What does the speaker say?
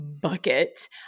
bucket